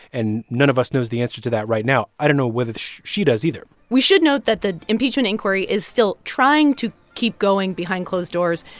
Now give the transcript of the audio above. and none of us knows the answer to that right now. i don't know whether she does either we should note that the impeachment inquiry is still trying to keep going behind closed doors.